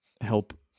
help